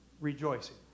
rejoicing